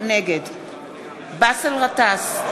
נגד באסל גטאס,